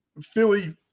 Philly